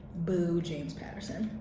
boo, james patterson.